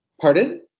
Pardon